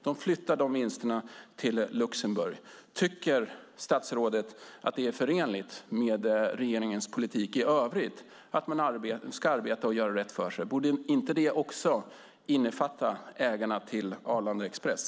De vinsterna flyttas till Luxemburg. Tycker statsrådet att detta är förenligt med regeringens politik i övrigt? Borde inte detta med att man ska arbeta och göra rätt för sig också innefatta ägarna till Arlanda Express?